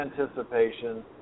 anticipation